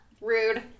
Rude